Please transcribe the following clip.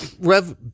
Rev